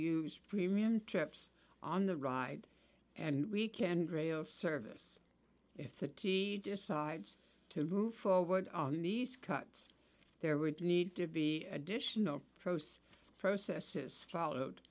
use premium trips on the ride and weekend rail service if the t decides to move forward on these cuts there would need to be additional process processes followed